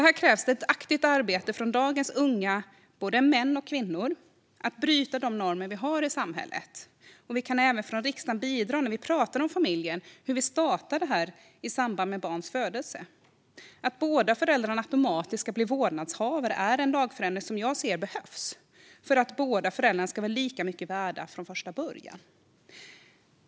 Här krävs ett aktivt arbete av dagens unga män och kvinnor med att bryta normerna i samhället, och vi kan även från riksdagen bidra när vi pratar om vad som händer i samband med ett barns födelse i en familj. En lagförändring som innebär att båda föräldrarna automatiskt blir vårdnadshavare behövs för att visa att båda föräldrarna är lika mycket värda från början.